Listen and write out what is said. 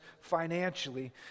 financially